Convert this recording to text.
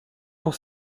pour